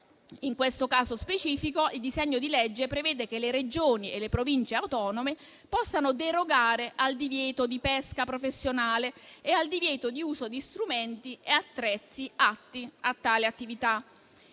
In questo caso specifico il disegno di legge prevede che le Regioni e le Province autonome possano derogare al divieto di pesca professionale e al divieto di uso di strumenti e attrezzi atti a tale attività.